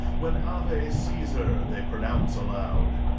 when ave, caesar! they pronounce aloud.